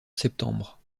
septembre